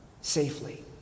safely